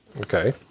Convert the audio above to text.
Okay